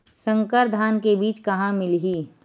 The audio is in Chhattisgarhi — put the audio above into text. संकर धान के बीज कहां मिलही?